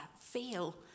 feel